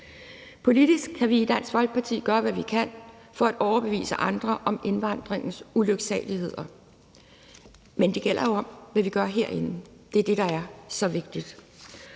Politisk kan vi i Dansk Folkeparti gøre, hvad vi kan, for at overbevise andre om indvandringens ulyksaligheder, men det gælder jo om, hvad vi gør herinde. Det er det, der er så vigtigt.